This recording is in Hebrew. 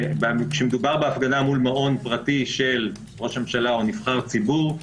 כשמדובר בהפגנה מול מעון פרטי של ראש הממשלה או נבחר ציבור,